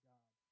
God